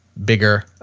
bigger, ah,